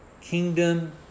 kingdom